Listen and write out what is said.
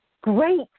great